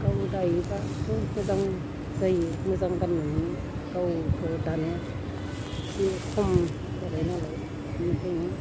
गाव दायोब्लाथ' मोजां जायो मोजां गाननो मोनो गावथ' दानो एसे खम जाबायनालाय बिनिखायनो